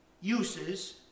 uses